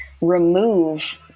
remove